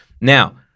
Now